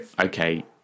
okay